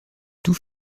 tout